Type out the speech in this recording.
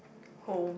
home